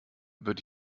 würde